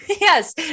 Yes